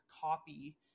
copy